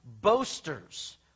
boasters